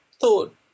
thought